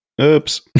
Oops